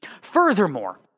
furthermore